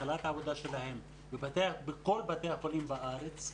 בהתחלת העבודה שלהן בכל בתי החולים בארץ.